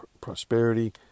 prosperity